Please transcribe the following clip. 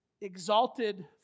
exalted